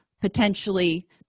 potentially